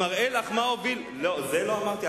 אבל זה מראה לך מה הוביל, זה, לא אמרתי.